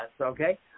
okay